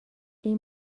این